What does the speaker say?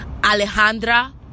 Alejandra